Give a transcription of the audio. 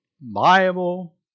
Bible